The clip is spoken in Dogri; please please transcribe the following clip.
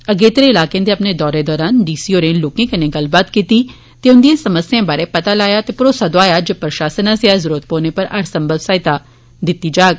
अग्रेत्रे इलाकें दे अपने दौरे दोरान डीसी होरें लोकें कन्नै गल्लबात कीत्ती ते उन्दिएं समस्याए बारै पता लाया ते भरोसा दौआया जे प्रशासन आस्सेया ह्न ते जरूरत पौने पर हर संभव सहायता दिती जाग